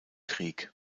krieg